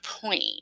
point